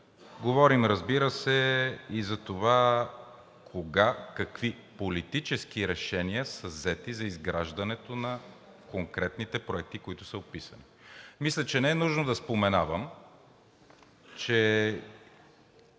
говорим, разбира се, и за това кога какви политически решения са взети за изграждането на конкретните проекти, които са описани. Мисля, че не е нужно да споменавам, че